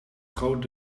groot